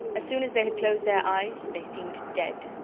as soon as they had closed their eyes they seemed dead.